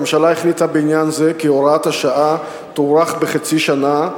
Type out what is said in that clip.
הממשלה החליטה בעניין זה כי הוראת השעה תוארך בחצי שנה,